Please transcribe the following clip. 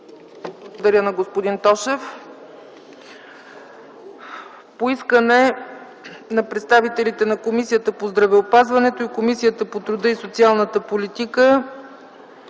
на господин Тошев. По искане на представителите на Комисията по здравеопазването и Комисията по труда и социалната политика